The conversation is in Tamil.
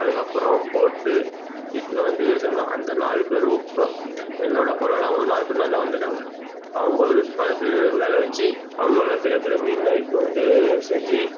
அதுக்கப்புறம் போட்டு இட்டுன்னு வந்து செல்வோம் அந்த நாலு பேரும் இப்போ என்னோடய போனவங்கலாம் ஒரு நாலு பேரு நல்லா வளர்ந்துட்டாங்க அவங்க ஒரு பாதி பேர் வேலை வெச்சு அவங்க நல்லா பெரிய பெரிய மீனெலாம் இட்டுன்னு வந்து செஞ்சு